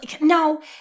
No